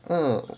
eh